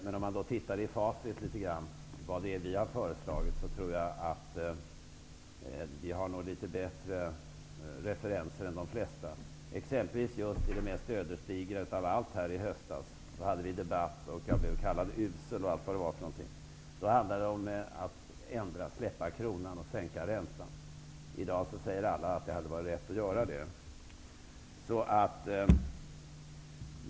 Men om man ser efter vad det är vi har föreslagit har vi nog litet bättre referenser än de flesta, tror jag. Det gäller exempelvis det mest ödesdigra av allt, det som hände här i höstas. I den debatt som vi då förde blev jag kallad usel och allt vad det var. Då handlade det om att släppa kronan och sänka räntan. I dag säger alla att det hade varit rätt att göra det.